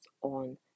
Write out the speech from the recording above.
on